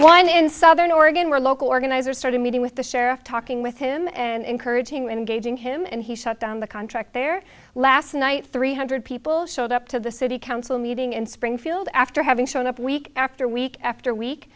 one in southern oregon where local organizers started meeting with the sheriff talking with him and encouraging engaging him and he shut down the contract there last night three hundred people showed up to the city council meeting in springfield after having shown up week after week after week